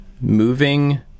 moving